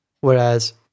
Whereas